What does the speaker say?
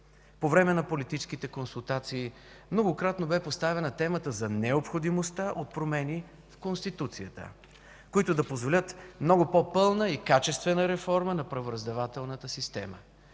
По време на политическите консултации многократно бе поставяна темата за необходимостта от промени в Конституцията, които да позволят много по-пълна и качествена реформа на правораздавателната система.